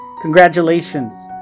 Congratulations